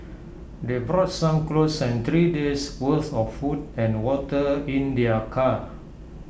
they brought some clothes and three days' worth of food and water in their car